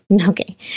Okay